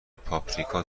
پاپریکا